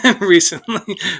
recently